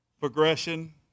Progression